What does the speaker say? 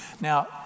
Now